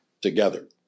together